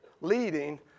leading